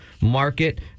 Market